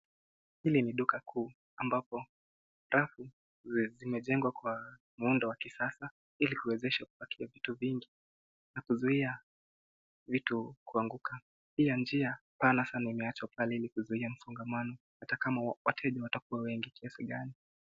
Hili ni duka kuu, ambapo rafu zimejengwa kwa muundo wa kisasa ili kuwezesha kupangia vitu vingi na kuzuia vitu kuanguka. Pia njia pana sana imeachwa pale ili kuzuia msongamano hata kama wateja watakuwa wengi kiasi gani.